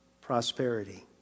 prosperity